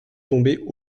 tomber